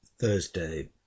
thursday